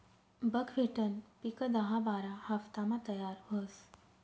बकव्हिटनं पिक दहा बारा हाफतामा तयार व्हस